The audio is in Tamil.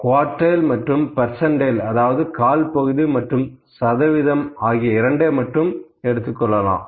குவார்டைல் மற்றும் பர்சன்டைல் அதாவது கால் பகுதி மற்றும் சதவீதம் ஆகிய இரண்டை மட்டும் எடுத்துக் கொள்ளலாம்